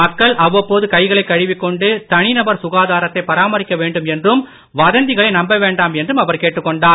மக்கள் அவ்வப்போது கைகளை கழுவிக் கொண்டு தனிநபர் சுகாதாரத்தை பராமரிக்க வேண்டும் என்றும் வதந்திகளை நம்ப வேண்டாம் என்றும் அவர் கேட்டுக் கொண்டார்